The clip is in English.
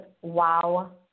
wow